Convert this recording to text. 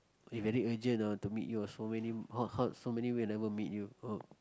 eh very urgent i want to meet you ah so many (uh huh) so many week I never meet you ah